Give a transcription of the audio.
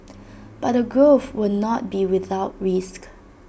but the growth will not be without risk